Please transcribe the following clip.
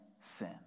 sin